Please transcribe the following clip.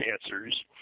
cancers